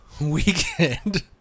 weekend